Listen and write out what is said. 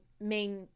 main